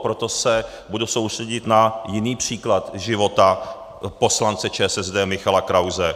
Proto se budu soustředit na jiný příklad života poslance ČSSD Michala Krause.